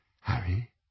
Harry